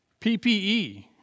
PPE